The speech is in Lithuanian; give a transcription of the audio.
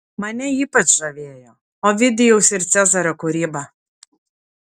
mane ypač žavėjo ovidijaus ir cezario kūryba